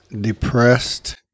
depressed